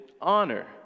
honor